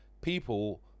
people